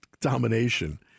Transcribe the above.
domination